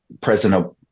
President